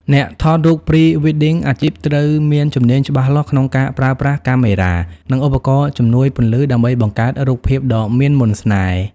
អ្នកថតរូប Pre-wedding អាជីពត្រូវមានជំនាញច្បាស់លាស់ក្នុងការប្រើប្រាស់កាមេរ៉ា និងឧបករណ៍ជំនួយពន្លឺដើម្បីបង្កើតរូបភាពដ៏មានមន្តស្នេហ៍។